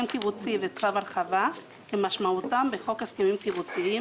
הרווחה והשירותים החברתיים.